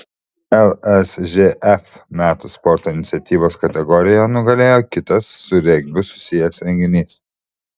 lsžf metų sporto iniciatyvos kategorijoje nugalėjo kitas su regbiu susijęs renginys